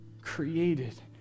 created